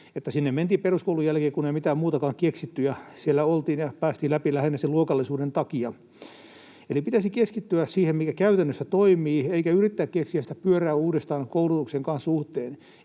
sinne mentiin peruskoulun jälkeen, kun ei mitään muutakaan keksitty, ja siellä oltiin ja päästiin läpi lähinnä sen luokallisuuden takia. Eli pitäisi keskittyä siihen, mikä käytännössä toimii, eikä yrittää keksiä sitä pyörää uudestaan koulutuksenkaan suhteen.